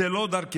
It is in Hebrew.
זו לא דרכנו.